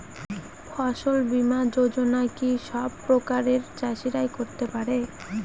ফসল বীমা যোজনা কি সব প্রকারের চাষীরাই করতে পরে?